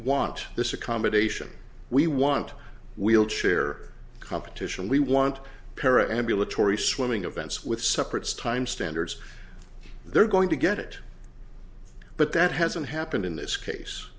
want this accommodation we want wheelchair competition we want para ambulatory swimming events with separates time standards they're going to get it but that hasn't happened in this case